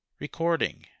Recording